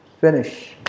Finish